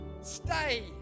Stay